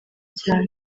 cyane